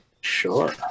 Sure